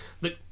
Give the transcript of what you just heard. Look